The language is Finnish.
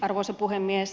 arvoisa puhemies